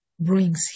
Brings